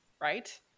Right